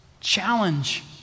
challenge